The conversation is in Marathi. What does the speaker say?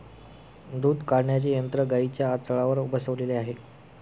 दूध काढण्याचे यंत्र गाईंच्या आचळावर बसवलेले आहे